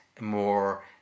more